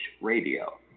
Radio